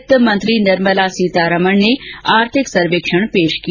वित्त मंत्री निर्मला सीतारामन ने आर्थिक सर्वेक्षण पेश किया